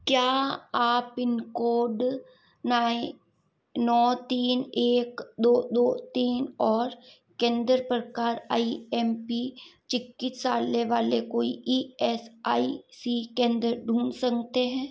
क्या आप pin code नाई नौ तीन एक दो दो तीन और केंद्र प्रकार आई एम पी चिकित्सालय वाले कोई ई एस आई सी केंद्र ढूँढ सकते हैं